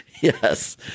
Yes